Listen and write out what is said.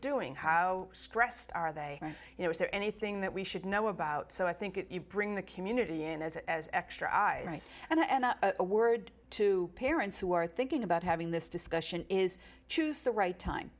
doing how stressed are they are you know is there anything that we should know about so i think you bring the community in as as extra eyes and a word to parents who are thinking about having this discussion is choose the right time